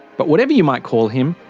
but whatever you might call him,